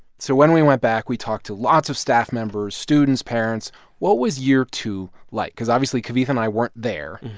so when we went back, we talked to lots of staff members, students, parents what was year two like? because obviously, kavitha and i weren't there.